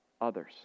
others